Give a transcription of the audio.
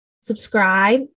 subscribe